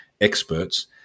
experts